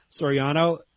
Soriano